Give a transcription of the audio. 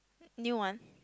new one